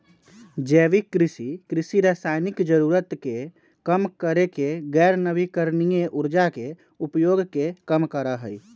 जैविक कृषि, कृषि रासायनिक जरूरत के कम करके गैर नवीकरणीय ऊर्जा के उपयोग के कम करा हई